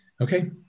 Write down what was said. Okay